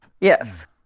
Yes